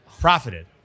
Profited